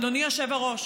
אדוני היושב-ראש.